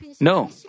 No